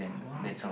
!wow!